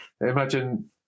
imagine